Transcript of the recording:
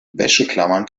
wäscheklammern